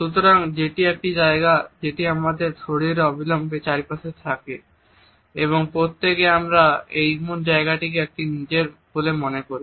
সুতরাং যেটি একটি জায়গা যেটি আমাদের শরীরের অবিলম্বে চারপাশে থাকে এবং প্রত্যেকে আমরা এই জায়গাটিকে আমাদের নিজের বলে মনে করি